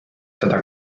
seda